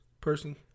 person